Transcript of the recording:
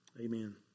amen